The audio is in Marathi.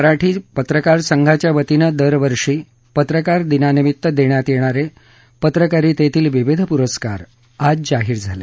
मुंबई मराठी पत्रकार संघातर्फे दरवर्षी पत्रकार दिनानिमित्त देण्यात येणारे पत्रकारितेतील विविध पुरस्कार आज जाहीर झाले